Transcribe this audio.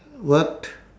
worked